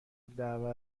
الدعوه